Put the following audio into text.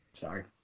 sorry